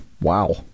Wow